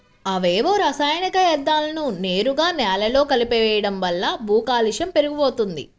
అవేవో రసాయనిక యర్థాలను నేరుగా నేలలో కలిపెయ్యడం వల్ల భూకాలుష్యం పెరిగిపోతంది